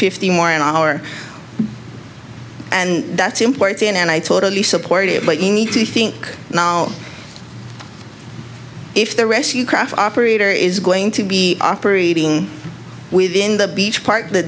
fifty more an hour and that's important and i totally support it but you need to think if the rescue craft operator is going to be operating within the beach part of the